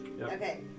Okay